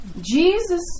Jesus